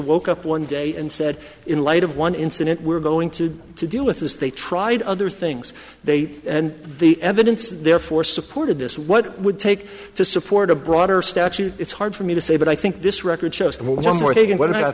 woke up one day and said in light of one incident we're going to to deal with this they tried other things they and the evidence therefore supported this what would take to support a broader statute it's hard for me to say but i think this record shows which ones were taken what about